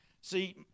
see